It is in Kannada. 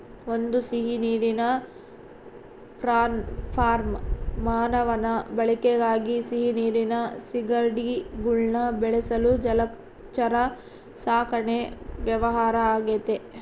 ಒಂದು ಸಿಹಿನೀರಿನ ಪ್ರಾನ್ ಫಾರ್ಮ್ ಮಾನವನ ಬಳಕೆಗಾಗಿ ಸಿಹಿನೀರಿನ ಸೀಗಡಿಗುಳ್ನ ಬೆಳೆಸಲು ಜಲಚರ ಸಾಕಣೆ ವ್ಯವಹಾರ ಆಗೆತೆ